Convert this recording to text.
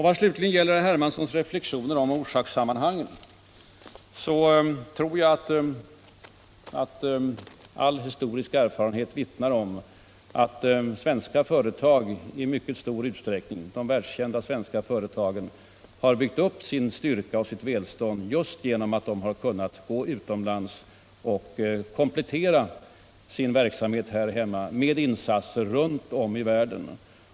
Vad slutligen gäller herr Hermanssons reflexion om orsakssammanhangen tror jag att all historisk erfarenhet visar att de världskända svenska företagen i mycket stor utsträckning har byggt upp sin styrka och sitt välstånd just genom att de kunnat gå utomlands och komplettera sin verksamhet här hemma med insatser runt om i världen.